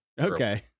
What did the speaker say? Okay